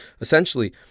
essentially